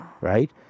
right